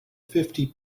fifty